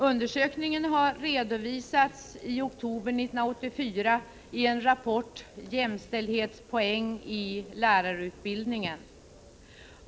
Undersökningen har redovisats i oktober 1984 i en rapport, Jämställdhetspoäng i lärarutbildningen?